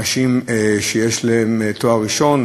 אלה נשים שיש להן תואר ראשון,